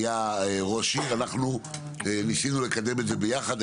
היה ראש עיר, אנחנו ניסינו לקדם את זה ביחד.